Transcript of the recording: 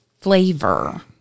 flavor